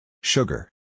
Sugar